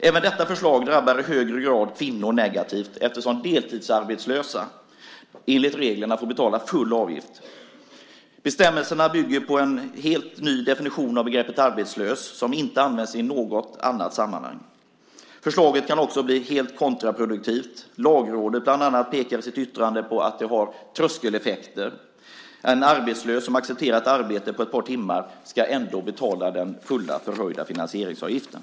Även detta förslag drabbar i högre grad kvinnor negativt eftersom deltidsarbetslösa enligt reglerna ska betala full avgift. Bestämmelserna bygger på en helt ny definition av begreppet arbetslös som inte används i något annat sammanhang. Förslaget kan också bli helt kontraproduktivt. Bland annat Lagrådet pekar i sitt yttrande på att förslaget har tröskeleffekter. En arbetslös som accepterar ett par timmars arbete ska ändå betala den fulla förhöjda finansieringsavgiften.